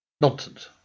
Nonsense